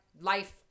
life